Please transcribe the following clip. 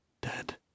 dead